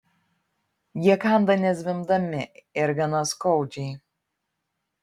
jie kanda nezvimbdami ir gana skaudžiai